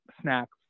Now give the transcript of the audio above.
snacks